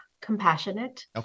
compassionate